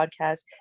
podcast